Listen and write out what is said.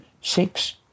six